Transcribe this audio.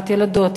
לטובת ילדות,